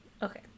Okay